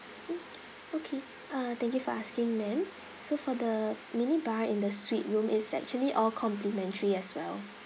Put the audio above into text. mm okay uh thank you for asking ma'am so for the mini bar in the suite room is actually all complimentary as well